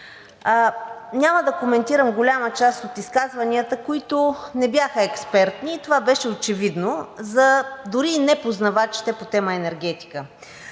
Няма да коментирам голяма част от изказванията, които не бяха експертни и това беше очевидно дори и за непознавачите по темата „Енергетика“.